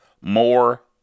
more